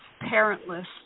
parentless